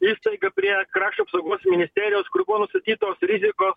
įstaiga prie krašto apsaugos ministerijos kur buvo nustatytos rizikos